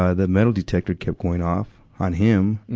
ah the metal detector kept going off on him.